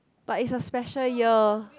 but is a special year